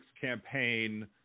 campaign